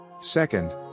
Second